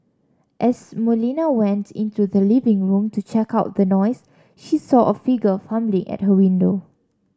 as Molina went into the living room to check out the noise she saw a figure fumbling at her window